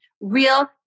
real